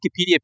wikipedia